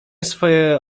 swoje